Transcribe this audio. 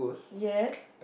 yes